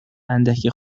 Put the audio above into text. اندک